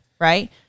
right